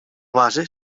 base